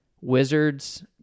Wizards